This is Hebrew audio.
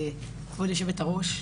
כבוד היושבת-ראש,